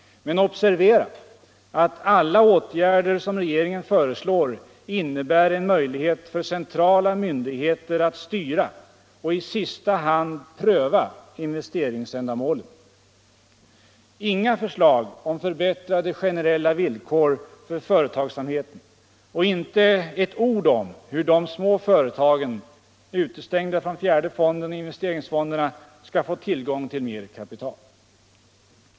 Men observera att alla åtgärder som regeringen föreslår innebär en möjlighet för centrala myndigheter att styra och i sista hand pröva investeringsändamålen. Inga förslag om förbättrade generella villkor för företagsamheten och inte ett ord om hur de små företagen — utestängda från fjärde fonden och investeringsfonderna — skall få tillgång till mer kapital.